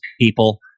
people